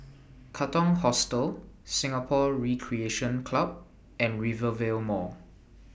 Katong Hostel Singapore Recreation Club and Rivervale Mall